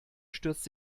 stürzt